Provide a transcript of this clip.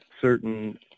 certain